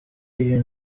iyo